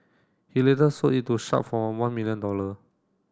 he later sold it to Sharp for one million dollar